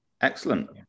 Excellent